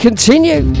Continue